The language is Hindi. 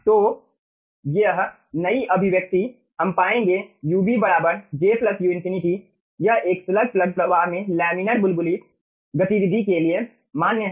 तो यह नई अभिव्यक्ति हम पाएंगे ub j u∞ यह एक स्लग प्लग प्रवाह में लैमिनर बुलबुली गतिविधि के लिए मान्य है